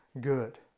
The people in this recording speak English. good